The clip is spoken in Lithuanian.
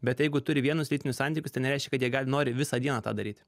bet jeigu turi vienus lytinius santykius tai nereiškia kad jie gali nori visą dieną tą daryti